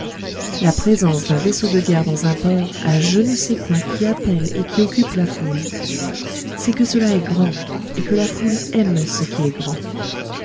la présence d'un vaisseau de guerre dans un port a je ne sais quoi qui appelle et qui occupe la foule c'est que cela est grand et que la foule aime ce qui est grand